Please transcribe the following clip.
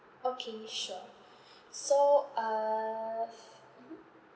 okay sure so uh f~ mmhmm